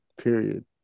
period